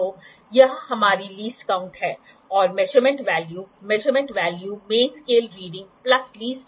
तो आप आंख को देखें और फिर रीडिंग लेने का प्रयास करें